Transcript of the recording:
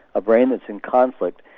a brain that is in conflict.